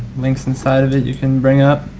links inside of it you can bring up.